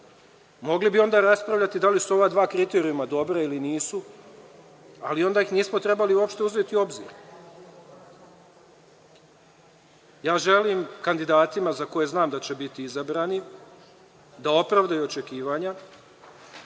Mogli bi onda raspravljati da li su ova dva kriterijuma dobra ili nisu, ali onda ih nismo trebali uopšte uzeti u obzir. Ja želim kandidatima, za koje znam da će biti izabrani, da opravdaju očekivanja.